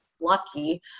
lucky